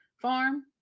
Farm